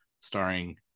starring